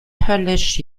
höllisch